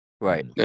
Right